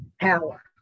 power